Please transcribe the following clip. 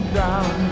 down